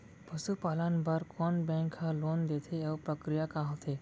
पसु पालन बर कोन बैंक ह लोन देथे अऊ प्रक्रिया का होथे?